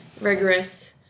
rigorous